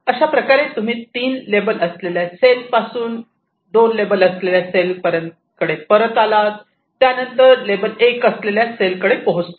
अशाप्रकारे तुम्ही 3 लेबल असलेल्या सेल पासून 2 लेबल असलेल्या सेल कडे परत आलात त्यानंतर लेबल 1 असलेल्या सेल कडे पोहोचलात